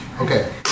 Okay